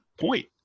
point